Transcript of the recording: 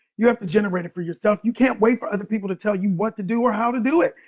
you have to generate it for yourself. you can't wait for other people to tell you what to do or how to do it.